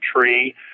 tree